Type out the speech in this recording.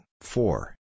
four